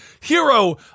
Hero